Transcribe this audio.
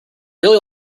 really